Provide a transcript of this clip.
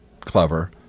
clever